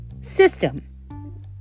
system